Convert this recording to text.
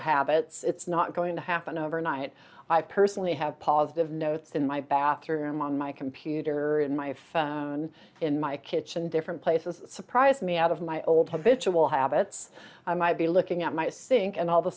habits it's not going to happen overnight i personally have positive note in my bathroom on my computer in my phone in my kitchen different places surprised me out of my old habitual habits i might be looking at my think and all